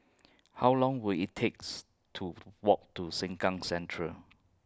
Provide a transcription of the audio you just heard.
How Long Will IT takes to Walk to Sengkang Central